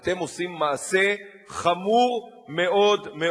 אתם עושים מעשה חמור מאוד מאוד.